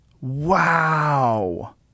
Wow